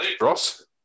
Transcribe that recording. Ross